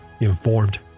informed